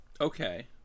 Okay